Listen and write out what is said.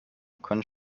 können